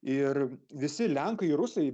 ir visi lenkai rusai